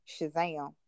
Shazam